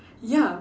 ya